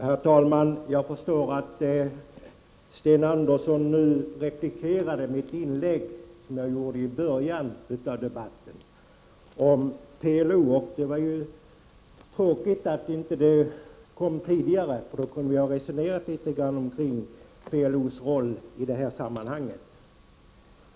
Herr talman! Jag förstår att Sten Andersson nu replikerade på mitt inlägg om PLO i början av debatten. Det var ju tråkigt att det inte kom tidigare, för då kunde vi ha resonerat litet om PLO:s roll i detta sammanhang.